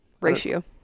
Ratio